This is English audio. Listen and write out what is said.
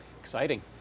exciting